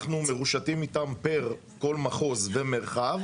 אנחנו מרושתים איתם פר כל מחוז ומרחב,